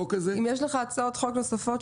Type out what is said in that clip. אם יש לך הצעות חוק נוספות,